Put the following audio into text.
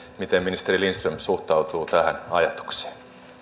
miten ministeri lindström suhtautuu tähän ajatukseen